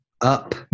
up